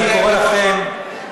אתה יכול לחכות להם עד